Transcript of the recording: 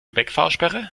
wegfahrsperre